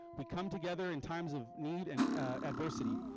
we come together in times of need and adversity.